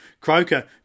Croker